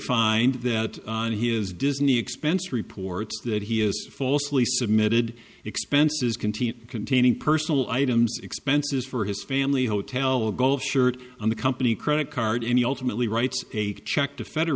find that on his disney expense reports that he has falsely submitted expenses contain containing personal items expenses for his family hotel a golf shirt on the company credit card any ultimately writes a check to federa